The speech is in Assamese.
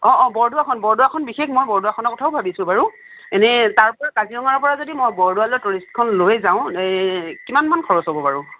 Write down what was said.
অঁ অঁ বৰদোৱাখন বৰদোৱাখন বিশেষ মই বৰদোৱাখনৰ কথাও ভাৱিছোঁ বাৰু এনেই তাৰপৰা কাজিৰঙাৰ পৰা যদি মই বৰদোৱালে টুৰিষ্টখন লৈ যাও কিমানমান খৰছ হ'ব বাৰু